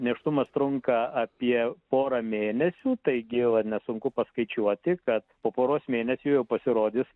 nėštumas trunka apie porą mėnesių taigi va nesunku paskaičiuoti kad po poros mėnesių jau pasirodys